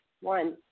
One